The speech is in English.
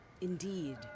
indeed